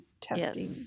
testing